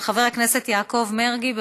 של חבר הכנסת יעקב מרגי.